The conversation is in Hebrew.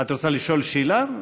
את רוצה לשאול שאלה?